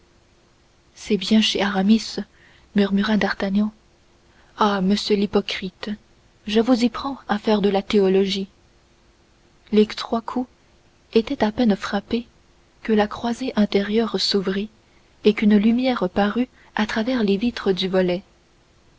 c'est bien chez aramis murmura d'artagnan ah monsieur l'hypocrite je vous y prends à faire de la théologie les trois coups étaient à peine frappés que la croisée intérieure s'ouvrit et qu'une lumière parut à travers les vitres du volet